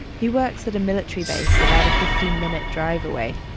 he works at a military base about a fifteen minute drive away.